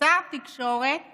שר תקשורת